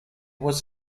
was